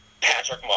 Patrick